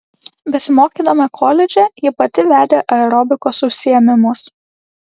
besimokydama koledže ji pati vedė aerobikos užsiėmimus